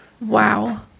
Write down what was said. Wow